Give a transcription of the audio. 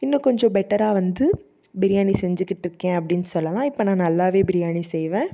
இன்னும் கொஞ்சம் பெட்டராக வந்து பிரியாணி செஞ்சுக்கிட்டு இருக்கேன் அப்படினு சொல்லலாம் இப்போ நான் நல்லாவே பிரியாணி செய்வேன்